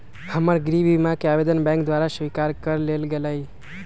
हमर गृह बीमा कें आवेदन बैंक द्वारा स्वीकार कऽ लेल गेलय